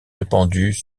répandues